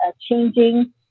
changing